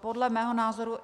Podle mého názoru